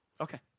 Okay